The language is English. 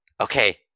Okay